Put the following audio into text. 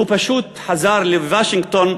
הוא פשוט חזר לוושינגטון,